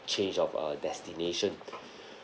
change of uh destination